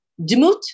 Demut